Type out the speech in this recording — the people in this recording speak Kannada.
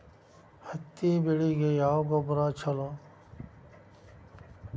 ಹತ್ತಿ ಬೆಳಿಗ ಯಾವ ಗೊಬ್ಬರ ಛಲೋ?